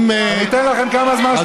אני אתן לכם כמה זמן שאתם רוצים.